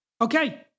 Okay